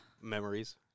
Memories